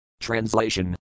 Translation